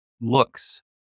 looks